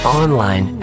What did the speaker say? online